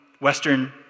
Western